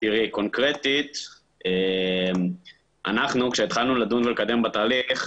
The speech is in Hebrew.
קונקרטית, כשהתחלנו לדון ולקדם את התהליך,